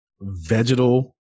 vegetal